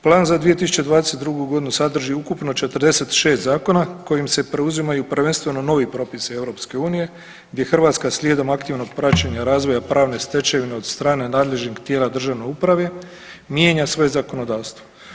Plan za 2022. g. sadrži ukupno 46 zakona kojim se preuzimaju, prvenstveno novi propisi EU gdje Hrvatska slijedom aktivnog praćenja razvoja pravne stečevine od nadležnih tijela državne uprave, mijenja svoje zakonodavstvo.